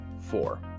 four